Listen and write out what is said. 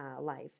life